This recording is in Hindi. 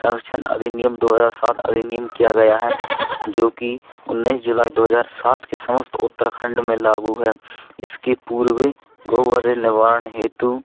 संरक्षण अधिनियम दो हजार सात अधिनियम किया गया है जो कि उन्नीस जुलाई दो हजार सात के समस्त उत्तराखंड में लागू है इसकी पूर्व गोवध निवारण हेतु